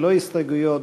ללא הסתייגויות,